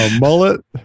mullet